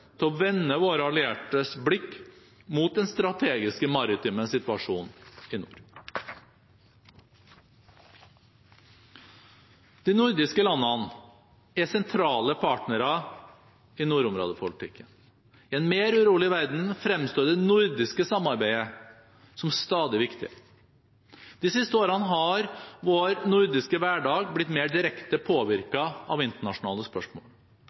til å vende våre alliertes blikk mot den strategiske maritime situasjonen i nord. De nordiske landene er sentrale partnere i nordområdepolitikken. I en mer urolig verden fremstår det nordiske samarbeidet som stadig viktigere. De siste årene har vår nordiske hverdag blitt mer direkte påvirket av internasjonale spørsmål.